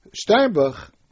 Steinbach